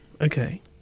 Okay